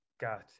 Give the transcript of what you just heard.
got